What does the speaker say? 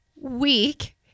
week